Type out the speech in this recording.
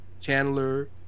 Chandler